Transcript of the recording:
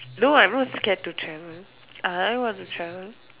no I'm not scared to travel I want to travel